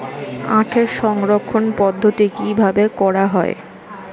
আখের সংরক্ষণ পদ্ধতি কিভাবে করা হয়?